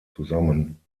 zusammen